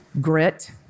Grit